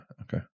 okay